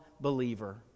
believer